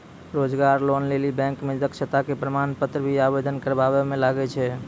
रोजगार लोन लेली बैंक मे दक्षता के प्रमाण पत्र भी आवेदन करबाबै मे लागै छै?